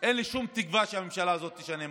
אין לי שום תקווה שהממשלה הזאת תשנה משהו.